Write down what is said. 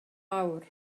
awr